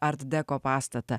art deco pastatą